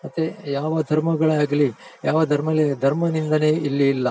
ಮತ್ತು ಯಾವ ಧರ್ಮಗಳೇ ಆಗಲಿ ಯಾವ ಧರ್ಮಗಳೇ ಧರ್ಮನಿಂದನೆ ಇಲ್ಲಿ ಇಲ್ಲ